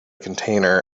container